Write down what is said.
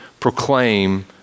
Proclaim